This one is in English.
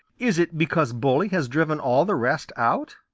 is it because bully has driven all the rest out?